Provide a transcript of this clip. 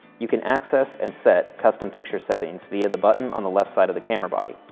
you can access and set custom picture settings via the button on the left side of the camera body.